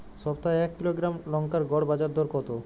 সপ্তাহে এক কিলোগ্রাম লঙ্কার গড় বাজার দর কতো?